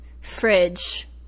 fridge